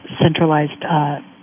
centralized